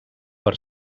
per